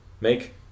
Make